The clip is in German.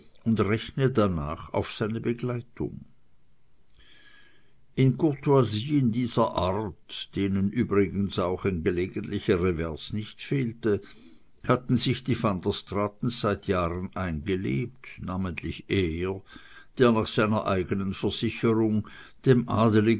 und rechne danach auf seine begleitung in courtoisien dieser art denen übrigens auch ein gelegentlicher revers nicht fehlte hatten sich die van der straatens seit jahren eingelebt namentlich er der nach seiner eigenen versicherung dem